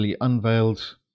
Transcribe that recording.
unveiled